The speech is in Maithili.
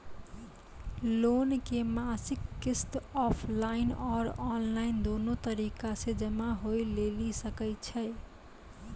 लोन के मासिक किस्त ऑफलाइन और ऑनलाइन दोनो तरीका से जमा होय लेली सकै छै?